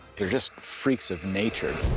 they're just freaks of nature.